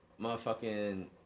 Motherfucking